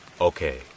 Okay